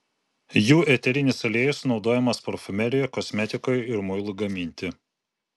jų eterinis aliejus naudojamas parfumerijoje kosmetikoje ir muilui gaminti